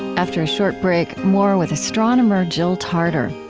after a short break, more with astronomer jill tarter.